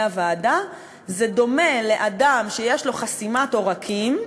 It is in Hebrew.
הוועדה: זה דומה לאדם שיש לו חסימת עורקים,